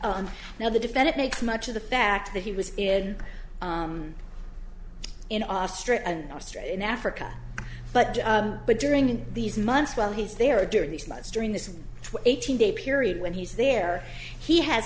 and now the defendant makes much of the fact that he was in in austria and australia in africa but during these months while he's there during these months during this eighteen day period when he's there he has